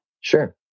Sure